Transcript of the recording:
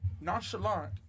nonchalant